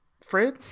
Fred